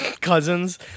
Cousins